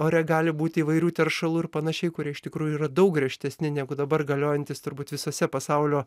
ore gali būt įvairių teršalų ir panašiai kurie iš tikrųjų yra daug griežtesni negu dabar galiojantys turbūt visose pasaulio